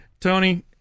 Tony